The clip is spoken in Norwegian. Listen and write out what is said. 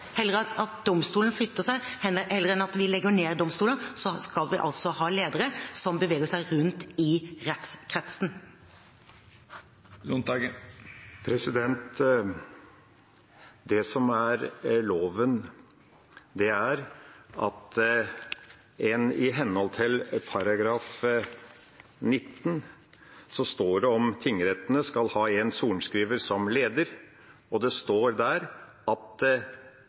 heller enn at domstolen flytter seg. Heller enn at vi legger ned domstoler, skal vi altså ha ledere som beveger seg rundt i rettskretsen. Det som er loven, er at det i § 19 står: «Tingrettene skal ha en sorenskriver som leder». Og det står at